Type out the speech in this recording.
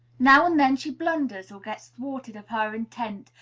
now and then she blunders or gets thwarted of her intent,